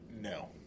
No